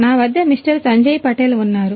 నా వద్ద మిస్టర్ సంజయ్ పటేల్ ఉన్నారు